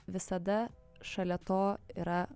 visada šalia to yra